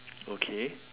okay